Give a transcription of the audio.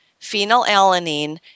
phenylalanine